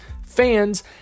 fans